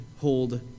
hold